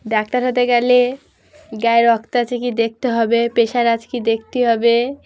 doctor হতে গেলে গায়ে রক্ত আছে কি দেখতে হবে প্রেশার আছে কি দেখতে হবে